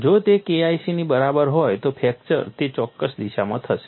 જો તે KIC ની બરાબર હોય તો ફ્રેક્ચર તે ચોક્કસ દિશામાં થશે